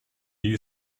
you